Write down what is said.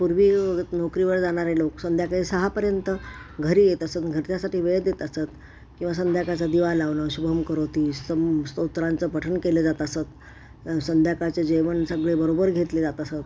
पूर्वी नोकरीवर जाणारे लोक संध्याकाळी सहापर्यंत घरी येत असत घरच्यासाठी वेळ देत असत किंवा संध्याकाळचं दिवा लावणं शुभम करोती सम स्तोत्रांचं पठण केलं जात असत संध्याकाळचे जेवण सगळे बरोबर घेतले जात असत